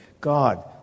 God